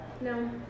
No